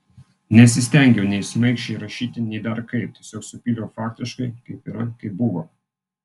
nesistengiau nei šmaikščiai rašyti nei dar kaip tiesiog supyliau faktiškai kaip yra kaip buvo